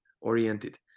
oriented